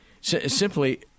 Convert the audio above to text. simply